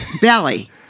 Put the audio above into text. belly